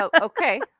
okay